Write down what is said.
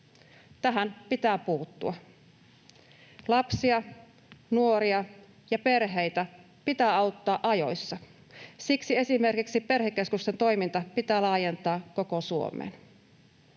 Tähän pitää puuttua. Lapsia, nuoria ja perheitä pitää auttaa ajoissa. Siksi esimerkiksi perhekeskusten toiminta pitää laajentaa koko Suomeen.